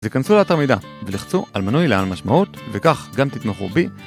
אז יכנסו לאתר מידע ולחצו על מנוי לעל המשמעות וכך גם תתמכו בי